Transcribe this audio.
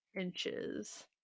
inches